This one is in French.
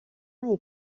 est